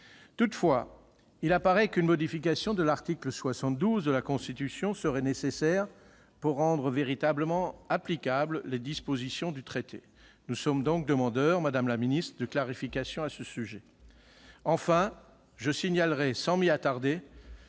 Toutefois, il apparaît qu'une modification de l'article 72 de la Constitution serait nécessaire pour rendre véritablement applicables les dispositions du traité. Nous sommes donc demandeurs, madame la secrétaire d'État, de clarifications à ce sujet. Je signalerai enfin, sans m'y attarder,